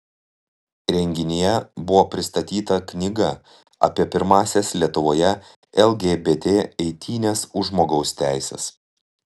renginyje buvo pristatyta knyga apie pirmąsias lietuvoje lgbt eitynes už žmogaus teises